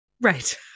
Right